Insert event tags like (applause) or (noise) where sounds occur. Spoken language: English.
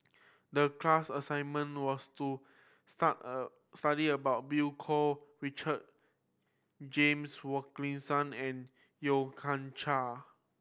the class assignment was to (unintelligible) study about Billy Koh Richard James Wilkinson and Yeo Kian Chai